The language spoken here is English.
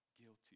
guilty